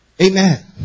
Amen